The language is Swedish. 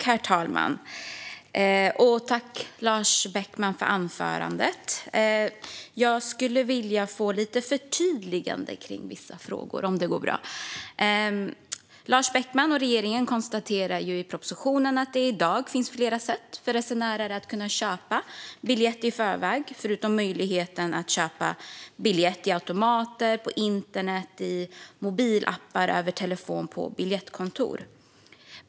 Herr talman! Tack, Lars Beckman, för anförandet! Jag skulle vilja få lite förtydliganden kring vissa frågor, om det går bra. Lars Beckman och regeringen konstaterar ju i propositionen att det i dag finns flera sätt för resenärer att köpa biljett i förväg: i automater, på internet, i mobilappar, över telefon och i biljettkontor.